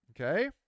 Okay